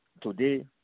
today